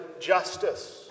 justice